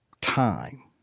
time